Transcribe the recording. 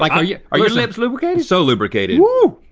like yeah are your lips lubricated? so lubricated. woo!